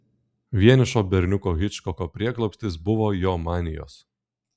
vienišo berniuko hičkoko prieglobstis buvo jo manijos